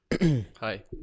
Hi